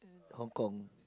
Hong Kong